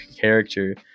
character